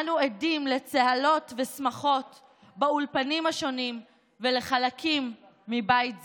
אנו עדים לצהלות ושמחות באולפנים השונים ובחלקים מבית זה.